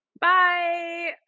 bye